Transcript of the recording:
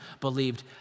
believed